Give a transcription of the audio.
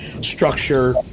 structure